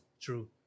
True